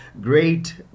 great